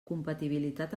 compatibilitat